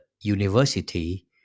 university